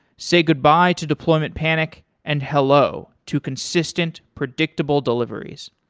say goodbye to deployment panic and hello to consistent predictable deliveries.